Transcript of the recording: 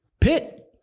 pit